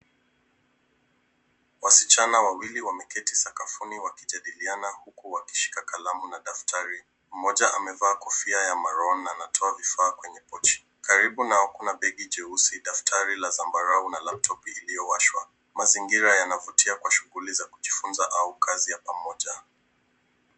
Wasichana wawili wameketi sakafuni wakijadiliana huku wakishika kalamu na daftari. Mmoja amevaa kofia ya maruni na anatoa vifaa kutoka kwenye pochi. Karibu nao kuna begi jeusi, daftari la zambarau laptop [cs ] iliyo washwa. Mazingira yana vutia kwa shughuli za kujifunza au kazi za pamoja.